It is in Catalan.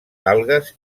algues